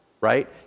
right